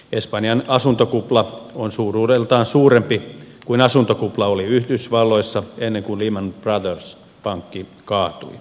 espanjan asuntokupla on suuruudeltaan suurempi kuin asuntokupla oli yhdysvalloissa ennen kuin lehman brothers pankki kaatui